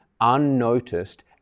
unnoticed